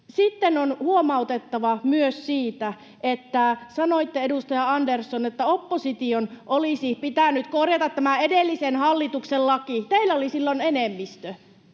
Sitten on huomautettava myös siitä, että sanoitte, edustaja Andersson, että opposition olisi pitänyt korjata tämä edellisen hallituksen laki. Teillä oli silloin enemmistö